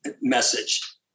message